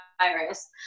virus